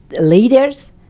leaders